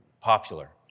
popular